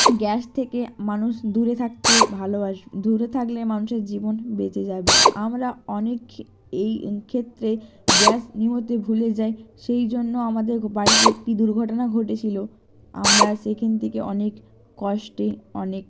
gas থেকে মানুষ দূরে থাকতে ভালোবাসে দূরে থাকলে মানুষের জীবন বেঁচে যাবে আমরা অনেকে এইক্ষেত্রে গ্যাস নিভোতে ভুলে যাই সেই জন্য আমাদের বাড়িতে একটি দুর্ঘটনা ঘটেছিলো আমরা সেখান থেকে অনেক কষ্টে অনেক